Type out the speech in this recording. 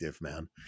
man